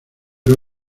ver